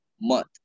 month